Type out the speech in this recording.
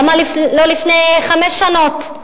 למה לא לפני חמש שנות?